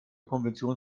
konvention